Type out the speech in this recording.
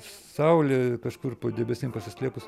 saulė kažkur po debesim pasislėpus